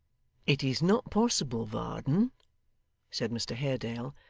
it is not possible, varden said mr haredale,